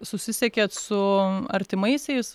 susisiekėt su artimaisiais